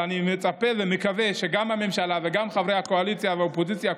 אני מצפה ומקווה שגם הממשלה וגם חברי הקואליציה והאופוזיציה,